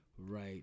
Right